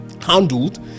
handled